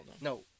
no